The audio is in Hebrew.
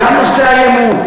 גם נושא האי-אמון.